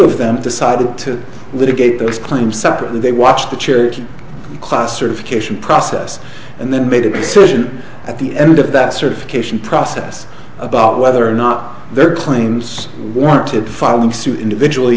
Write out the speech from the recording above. of them decided to litigate this claim separately they watched the church class certification process and then made a decision at the end of that certification process about whether or not their claims wanted filing suit individually